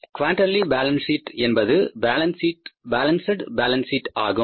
quarterly balance sheet என்பது balance sheet balance sheet ஆகும்